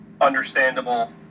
understandable